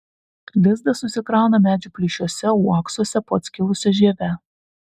lizdą susikrauna medžių plyšiuose uoksuose po atskilusia žieve